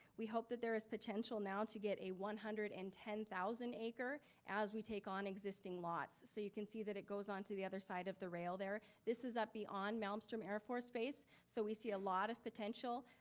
we hope that there is potential now to get a one hundred and ten thousand acre as we take on existing lot. so you can see that it goes on to the other side of the rail there. this is up beyond malmstrom air force base, so we see a lot of potential.